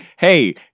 hey